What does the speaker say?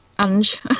Ange